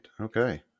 okay